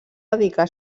dedicar